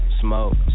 smoke